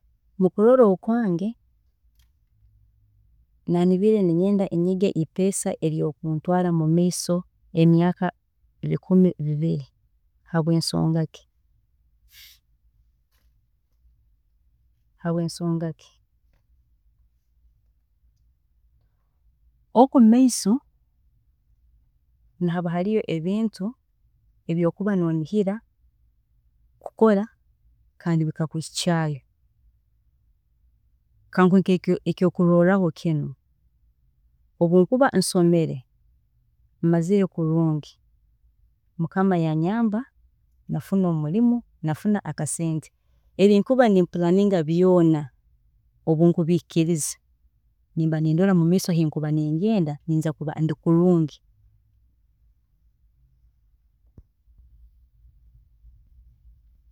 ﻿Mukurola okwange, nakubiire ninyenda mbe nyine enteesa eyokuntwaara mumaiso habwensonga zinu, habwensonga ki, oku mumaiso nihaba hariyo ebintu ebi okuba nonihira kukora kandi bikakuhikyaayo, reka kankuhe ekyokurorraho kinu, obu nkuba nsomere, mazire kulungi, mukama yanyamba nafuna omulimo, nafuna akasente, ebinkuba nimpuraniinga byoona obu nkubihikiiriza, nimba nindora mumaiso ahu nkuba ningenda ninjya kuba ndi kulungi